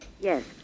Yes